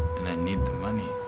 and i need the money.